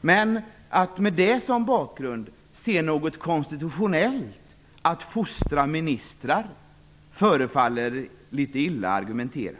Men att med det som bakgrund se något konstitutionellt i att fostra ministrar förefaller litet illa argumenterat.